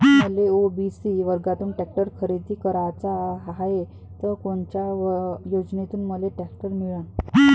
मले ओ.बी.सी वर्गातून टॅक्टर खरेदी कराचा हाये त कोनच्या योजनेतून मले टॅक्टर मिळन?